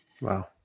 Wow